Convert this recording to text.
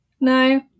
No